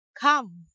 come